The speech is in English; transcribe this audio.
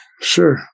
sure